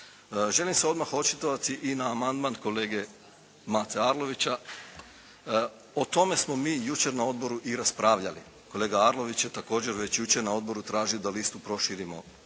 Želim se odmah očitovati i na amandman kolege Mate Arlovića. O tome smo mi jučer na Odboru i raspravljali. Kolega Arlović je već jučer na Odboru tražio da listu proširimo